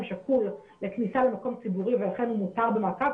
שקול לכניסה למקום ציבורי ולכן הוא מותר במעקב?